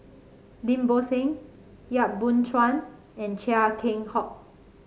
Lim Bo Seng Yap Boon Chuan and Chia Keng Hock